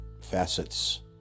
facets